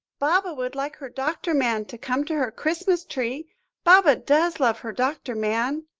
baba would like her doctor man to come to her christmas-tree baba does love her doctor man.